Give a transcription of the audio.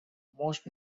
most